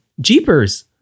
jeepers